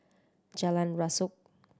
Jalan Rasok